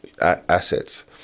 assets